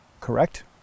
correct